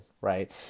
right